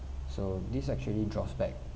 so this actually draws back